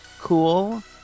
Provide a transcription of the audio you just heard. cool